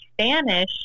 Spanish